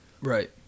Right